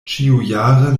ĉiujare